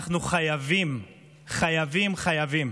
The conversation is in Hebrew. אנחנו חייבים חייבים חייבים